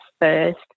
first